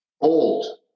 Old